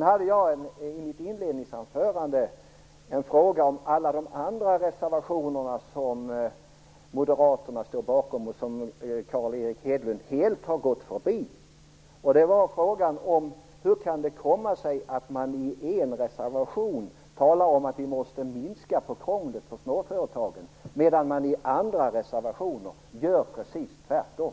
Jag hade i mitt inledningsanförande en fråga om alla de andra reservationer som Moderaterna står bakom och som Carl Erik Hedlund helt har gått förbi. Jag frågade hur det kan komma sig att man i en reservation talar om att vi måste minska krånglet för småföretagen medan man i andra reservationer gör precis tvärtom.